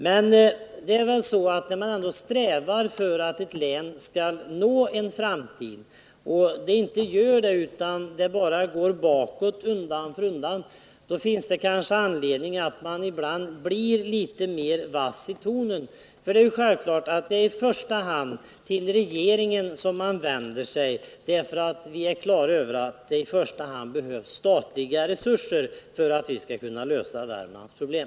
Men när man ändå strävar ganska träget för att ett län skall nå en framtid och det inte blir så utan det bara går bakåt, finns det kanske anledning att ibland bli litet mer vass i tonen. Det är självklart att det i första hand är till regeringen som man vänder sig eftersom vi är på det klara med att det i första hand behövs statliga resurser för att vi skall kunna lösa Värmlands problem.